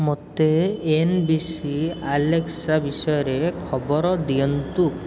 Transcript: ମୋତେ N B C Alexa ବିଷୟରେ ଖବର ଦିଅନ୍ତୁ